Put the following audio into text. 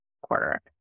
quarter